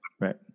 Right